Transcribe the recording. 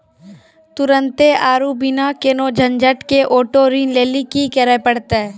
तुरन्ते आरु बिना कोनो झंझट के आटो ऋण लेली कि करै पड़तै?